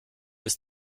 ist